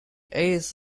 ace